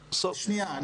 דיברת על יעד